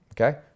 okay